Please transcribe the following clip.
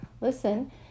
listen